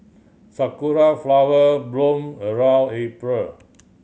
sakura flower bloom around April